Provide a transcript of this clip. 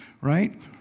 Right